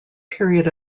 period